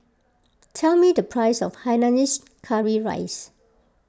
tell me the price of Hainanese Curry Rice